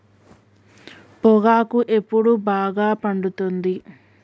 పొగాకు ఎప్పుడు బాగా పండుతుంది?